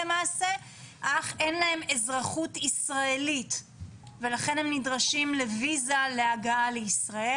אך אין להם אזרחות ישראלית ולכן הם נדרשים לוויזה להגעה לישראל.